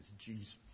Jesus